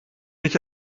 nicht